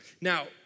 Now